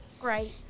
great